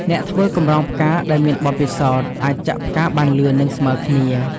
អ្នកធ្វើកម្រងផ្កាដែលមានបទពិសោធន៍អាចចាក់ផ្កាបានលឿន និងស្មើគ្នា។